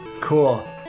cool